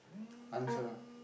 answer